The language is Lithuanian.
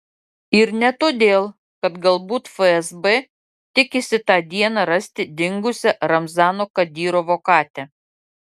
ir ne todėl kad galbūt fsb tikisi tą dieną rasti dingusią ramzano kadyrovo katę